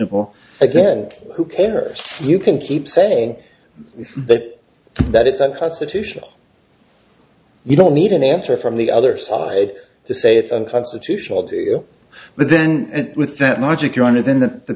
of all again who can or you can keep saying that that it's unconstitutional you don't need an answer from the other side to say it's unconstitutional to you but then with th